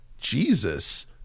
Jesus